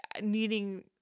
needing